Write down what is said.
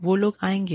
वो लोग आयेंगे